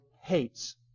hates